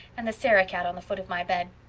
and the sarah-cat on the foot of my bed.